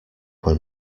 when